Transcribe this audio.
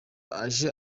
aje